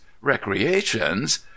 Recreations